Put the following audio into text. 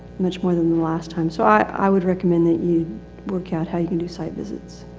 much more than the last time. so i, i would recommend that you work out how you can do site visits.